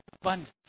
Abundance